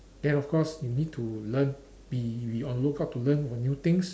then of course you need to learn be be on lookout to learn on new things